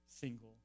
single